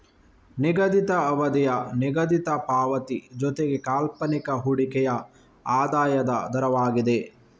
ನಿಗದಿತ ಅವಧಿಯ ನಿಗದಿತ ಪಾವತಿ ಜೊತೆಗೆ ಕಾಲ್ಪನಿಕ ಹೂಡಿಕೆಯ ಆದಾಯದ ದರವಾಗಿದೆ